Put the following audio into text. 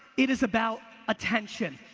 it is about attention.